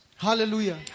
Hallelujah